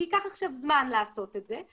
שייקח עכשיו זמן לעשות את זה,